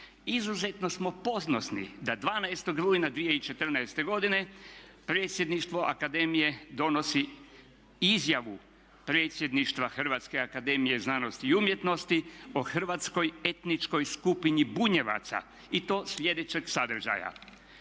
Izuzetno smo ponosni da 12.rujna 2014.godine predsjedništvo akademije donosi izjavu predsjedništva Hrvatske akademije znanosti i umjetnosti o hrvatskoj etničkoj skupini Bunjevaca i to slijedećeg sadržaja: